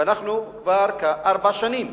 ואנחנו כבר כארבע שנים.